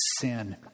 sin